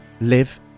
live